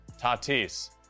tatis